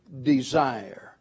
desire